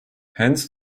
hence